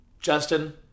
Justin